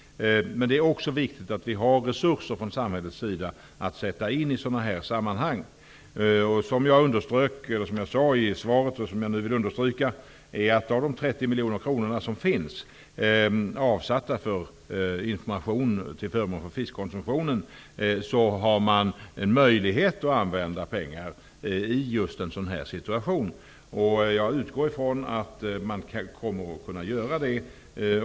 Men det är också viktigt att se till att det finns resurser att från samhällets sida sätta in i sådana här sammanhang. Som jag sade i svaret och som jag nu vill understryka är det möjligt att av de 30 miljoner som är avsatta för information till förmån för fiskkonsumtionen använda pengar i just den här situationen. Jag utgår från att man kommer att göra det.